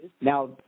now